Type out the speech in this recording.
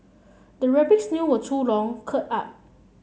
the rabbit's nail were too long curled up